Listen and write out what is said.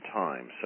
time